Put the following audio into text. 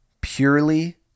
purely